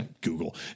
Google